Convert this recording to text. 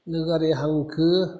लोगोआरि हांखो